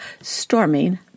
Storming